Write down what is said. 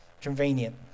Convenient